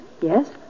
Yes